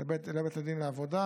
לבית הדין לעבודה.